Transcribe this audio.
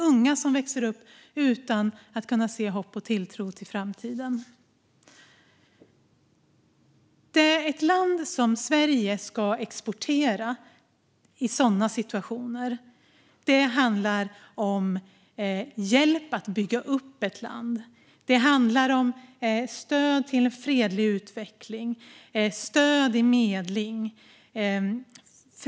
Unga växer upp utan att kunna se hopp och tilltro till framtiden. Det ett land som Sverige ska exportera i sådana situationer är hjälp att bygga upp ett land. Det handlar om stöd till en fredlig utveckling och stöd i medling.